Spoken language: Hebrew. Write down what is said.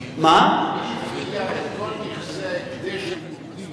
כל נכסי ההקדש היהודי